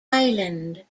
island